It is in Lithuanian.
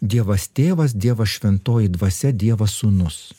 dievas tėvas dievas šventoji dvasia dievas sūnus